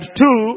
two